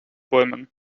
bäumen